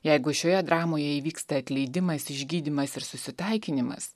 jeigu šioje dramoje įvyksta atleidimas išgydymas ir susitaikinimas